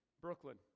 Brooklyn